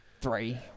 three